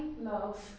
love